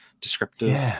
descriptive